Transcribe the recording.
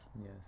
Yes